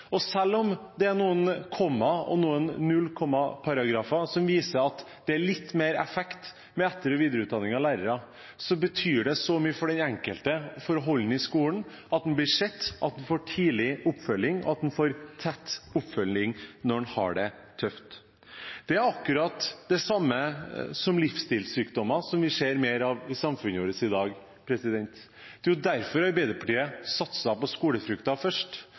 Og selv om det er noen komma og noen null-komma-paragrafer som viser at det har litt mer effekt med etter- og videreutdanning av lærere, betyr det så mye for at den enkelte skal holde seg i skolen, at en blir sett, at en får tidlig oppfølging, og at en får tett oppfølging når en har det tøft. Det er akkurat det samme når det gjelder livsstilssykdommer, som vi ser mer av i samfunnet vårt i dag. Det er derfor Arbeiderpartiet satser på skolefrukt først,